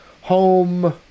home